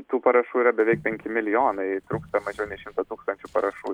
tų parašų yra beveik penki milijonai trūksta mažiau nei šimto tūkstančių parašų